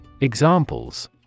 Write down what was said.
Examples